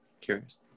curious